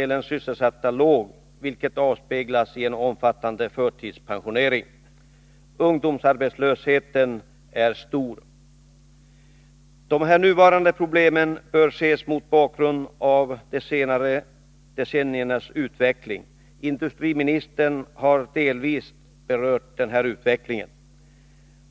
de äldre männen, vilket avspeglas i omfattande förtidspensionering. Ungdomsarbetslösheten är också stor. De nuvarande problemen bör ses mot bakgrund av utvecklingen under de senaste decennierna. Industriministern har delvis berört problemen.